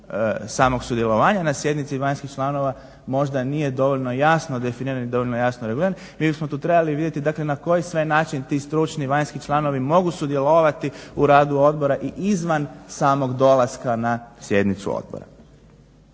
samog sudjelovanja na sjednici vanjskih članova možda nije dovoljno jasno definirano i dovoljno jasno reguliran. Mi bismo tu trebali vidjeti na koji sve način ti stručni vanjski članovi mogu sudjelovati u radu odbora i izvan samog dolaska na sjednicu odbora.